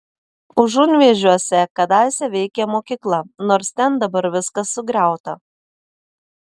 užunvėžiuose kadaise veikė mokykla nors ten dabar viskas sugriauta